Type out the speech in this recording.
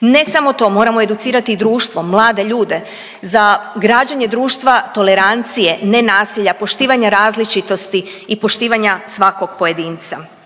Ne samo to, moramo educirati i društvo, mlade ljude za građenje društva tolerancije, nenasilja, poštivanja različitosti i poštivanja svakog pojedinca.